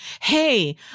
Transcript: hey